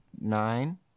Nine